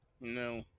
No